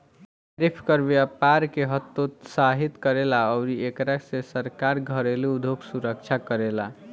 tariff कर व्यपार के हतोत्साहित करेला अउरी एकरा से सरकार घरेलु उधोग सुरक्षा करेला